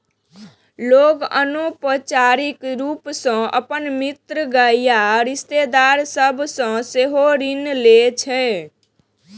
लोग अनौपचारिक रूप सं अपन मित्र या रिश्तेदार सभ सं सेहो ऋण लै छै